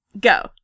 Go